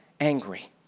angry